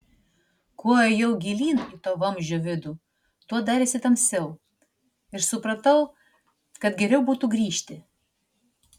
kuo ėjau gilyn į to vamzdžio vidų tuo darėsi tamsiau ir supratau kad geriau būtų grįžti